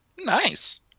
Nice